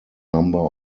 number